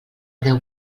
deu